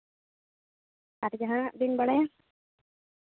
ᱟᱨ ᱡᱟᱦᱟᱱᱟᱜ ᱵᱮᱱ ᱵᱟᱲᱟᱭᱟ